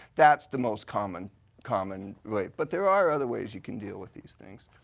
that's the most common common way. but there are other ways you can deal with these things.